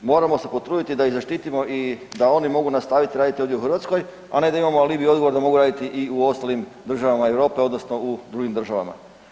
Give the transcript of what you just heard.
Moramo se potruditi da ih zaštitimo i da oni mogu nastaviti raditi ovdje u Hrvatskoj, a ne da imamo alibi, odgovor da mogu raditi i u ostalim državama Europe, odnosno u drugim državama.